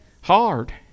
Hard